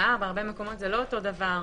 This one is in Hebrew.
שלט ומודעה בהרבה מקומות זה לא אותו דבר.